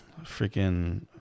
freaking